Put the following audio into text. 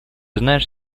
знаешь